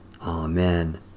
Amen